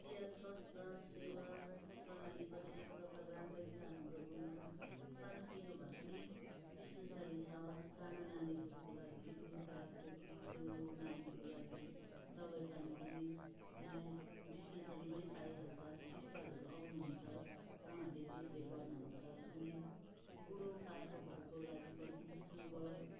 भारतीय स्वास्थ्य सेवा प्रणाली पनि एक प्रकार राम्रै छ हाम्रो गाउँमा सानोतिनो भए पनि डिस्पेन्सरी छ साना नानीहरूको लागि रुगा खोकी जरो मार्गीको लागि दबाई पानी पनि यही डिस्पेन्सरीमै पाइहाल्छ सिस्टरहरू आउनुहुन्छ उहाँहरूले देखरेख गर्नुहुन्छ अनि बडोपाकोहरूको लागि पनि सुगर